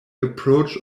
approach